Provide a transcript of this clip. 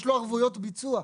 יש לו ערבויות ביצוע.